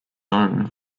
own